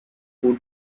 food